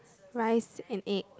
rice in egg